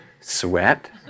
sweat